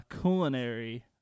culinary